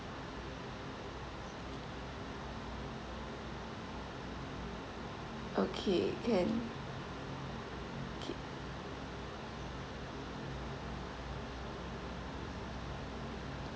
okay can okay